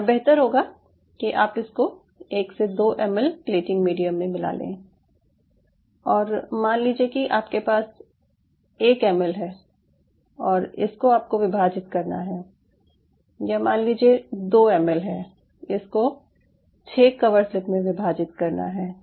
और बेहतर होगा कि आप इसको 1 से 2 एमएल प्लेटिंग मीडियम में मिला लें और मान लीजिये कि आपके पास 1 एमएल है और इसको आपको विभाजित करना है या मान लीजिये 2 एमएल है इसको 6 कवरस्लिप में विभाजित करना है